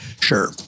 Sure